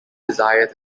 desire